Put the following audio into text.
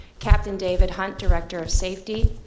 captain david hunt, director of safety.